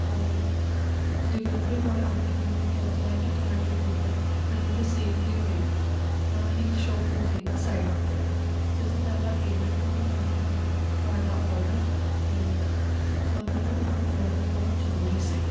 ਔਰ delivery boy ਆ ਕੇ ਮੈਨੂੰ ਕਹਿ ਰਿਹਾ ਕਿ ਤੁਹਾਡੀ ਪੇਮੈਂਟ ਅਜੇ ਰਿਸੀਵ ਨਹੀਂ ਹੋਈ ਨਾ ਹੀ ਸ਼ੋਅ ਹੋ ਰਹੀ ਆ ਸਾਈਟ 'ਤੇ ਤੁਸੀਂ ਪਹਿਲਾਂ ਪੇਮੈਂਟ ਕਰੋ ਤਾਂ ਹੀ ਤੁਹਾਨੂੰ ਤੁਹਾਡਾ ਆਰਡਰ ਮਿਲੇਗਾ ਔਰ ਮੈਨੂੰ ਉਹ ਆਰਡਰ ਬਹੁਤ ਜ਼ਰੂਰੀ ਸੀ